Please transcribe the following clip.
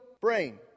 brain